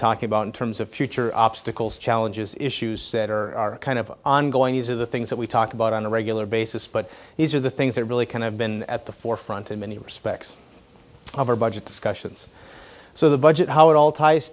talking about in terms of future obstacles challenges issues that are kind of ongoing these are the things that we talk about on a regular basis but these are the things that really kind of been at the forefront in many respects of our budget discussions so the budget how it all ties